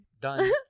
Done